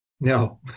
no